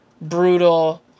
brutal